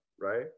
right